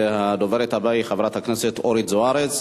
הדוברת הבאה היא חברת הכנסת אורית זוארץ,